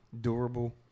durable